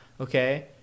Okay